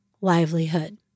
livelihood